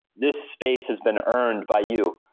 this space has been earned by you.